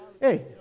hey